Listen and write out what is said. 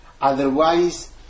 Otherwise